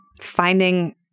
finding